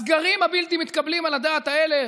הסגרים הבלתי-מתקבלים על הדעת האלה,